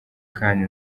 kandi